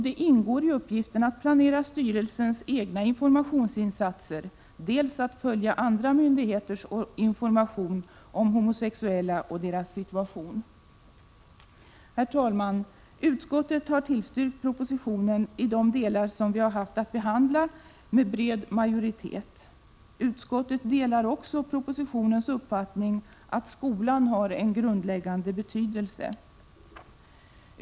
Det ingår i uppgiften dels att planera styrelsens egna informationsinsatser, dels att följa andra myndigheters information om homosexuella och deras situation. Herr talman! Utskottet har med bred majoritet tillstyrkt propositionen i de delar som vi har haft att behandla. Utskottet delar också propositionens uppfattning att skolan har en grundläggande betydelse.